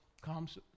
comes